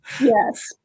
yes